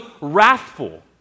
wrathful